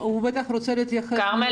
הוא בטח רוצה להתייחס ל --- כרמל